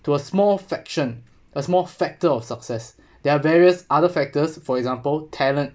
to a small fraction a small factor of success there are various other factors for example talent